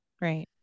Right